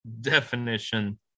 definition